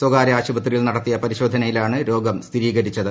സ്വകാര്യ ആശുപത്രിയിൽ നടത്തിയ പരിശോധനയിലാണ് രോഗം സ്ഥിരീകരിച്ചത്